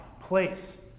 place